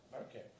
Okay